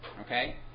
okay